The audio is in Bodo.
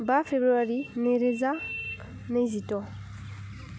बा फेब्रुवारि नैरोजा नैजिद'